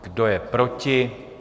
Kdo je proti?